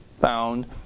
found